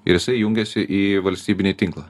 ir jisai jungiasi į valstybinį tinklą